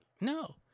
no